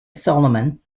solomon